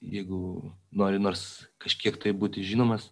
jeigu nori nors kažkiek tai būti žinomas